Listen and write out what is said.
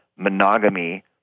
monogamy